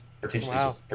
potentially